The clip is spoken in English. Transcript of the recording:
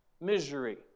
misery